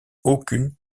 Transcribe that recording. aucune